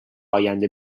آینده